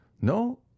No